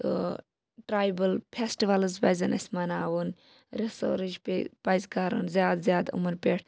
تہٕ tribal festivals پَزن اَسہِ مَناوُن رِسیرٕچ پیٚیہِ پَزِ کَرُن زیاد زیاد یِمن پیٹھ